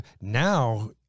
Now